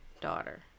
daughter